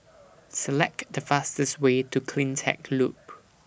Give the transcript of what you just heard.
Select The fastest Way to CleanTech Loop